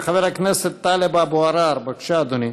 חבר הכנסת טלב אבו עראר, בבקשה, אדוני.